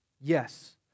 Yes